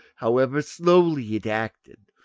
however slowly it acted.